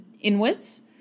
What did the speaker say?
inwards